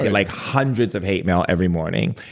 like hundreds of hate mail every morning.